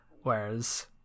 whereas